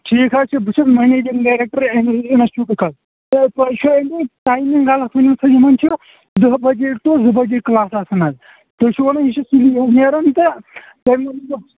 ٹھیٖک حَظ چھُ بہٕ چھُس مَنیجِنٛگ ڈیریکٹر اِنَسچوٗٹُک حظ تۄہہِ چھُ امی ٹایِمِنٛگ غَلَط ؤنۍ مٕژ حظ یِمن چھُ دہ بَجے ٹو زٕ بَجے کٕلاس آسان حظ تُہۍ چھو وَنَان یہِ چھُ سُلی نیران تہٕ تُہۍ ؤنۍ زٮ۪و